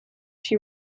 she